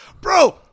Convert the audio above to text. Bro